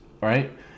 right